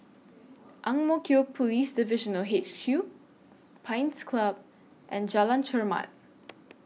Ang Mo Kio Police Divisional H Q Pines Club and Jalan Chermat